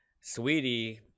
Sweetie